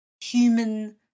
human